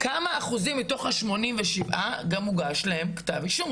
כמה אחוזים מתוך ה-87% גם הוגש להם כתב אישום?